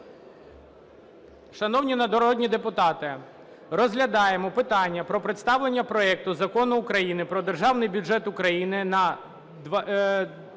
Шановні народні депутати, розглядаємо питання про представлення проекту Закону України про Державний бюджет України на 2020